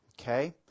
Okay